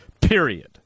period